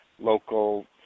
local